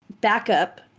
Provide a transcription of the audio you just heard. backup